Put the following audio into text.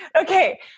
Okay